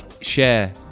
share